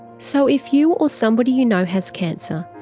so if you or somebody you know has cancer,